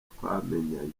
twamenyanye